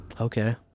Okay